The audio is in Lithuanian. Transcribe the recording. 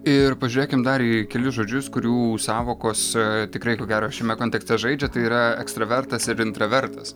ir pažiūrėkim dar į kelis žodžius kurių sąvokos tikrai ko gero šiame kontekste žaidžia tai yra ekstravertas ir intravertas